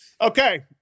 okay